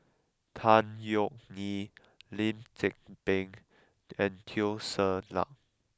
Tan Yeok Nee Lim Tze Peng and Teo Ser Luck